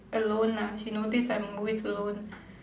alone lah she notice I'm always alone